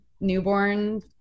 newborn